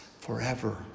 forever